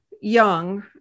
young